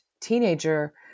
teenager